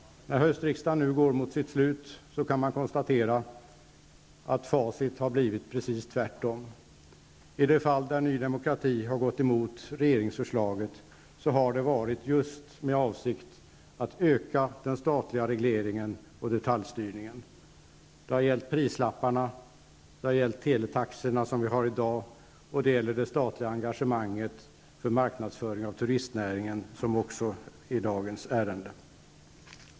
När höstsessionen nu går mot sitt slut, kan man konstatera att facit har blivit precis tvärtom. I de fall där Ny Demokrati har gått emot regeringsförslag har det varit just med avsikt att öka den statliga regleringen och detaljstyrningen. Det har gällt prislapparna, teletaxorna, som behandlas i dag, och det gäller det statliga engagemanget för marknadsföring av turistnäringen, som också behandlas i dag.